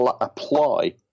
apply